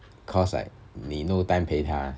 cause like me no time 你 no time 陪她 ah